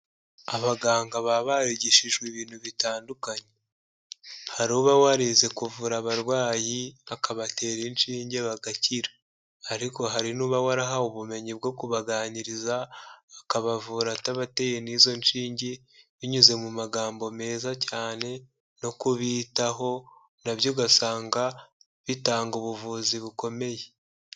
Abaganga baba barigishijwe ibintu bitandukanye, hari uba warize kuvura abarwayi, akabatera inshinge bagakira, ariko hari n'uba warahawe ubumenyi bwo kubaganiriza, akabavura atabateye n'izo nshinge, binyuze mu magambo meza cyane, no kubitaho na byo ugasanga bitanga ubuvuzi bukomeye.